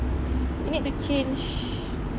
you need to change